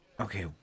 Okay